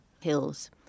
hills